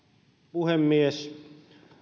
puhemies